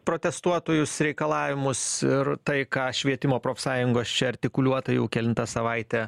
protestuotojus reikalavimus ir tai ką švietimo profsąjungos čia artikuliuotai jau kelintą savaitę